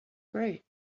great